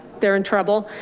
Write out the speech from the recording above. they're in trouble.